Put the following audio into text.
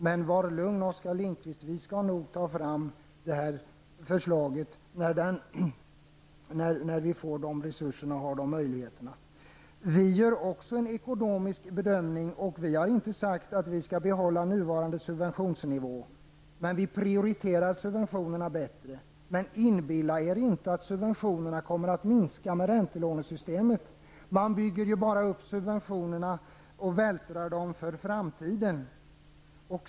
Men var lugn, Oskar Lindkvist, vi skall nog ta fram förslaget, när vi får de resurserna! Vi gör också en ekonomisk bedömning, och vi har inte sagt att vi skall behålla nuvarande subventionsnivå, men vi prioriterar subventionerna bättre. Inbilla er inte att subventionerna kommer att minska med räntelånesystemet. Man bygger ju bara upp subventionerna och vältrar dem framför sig i tiden.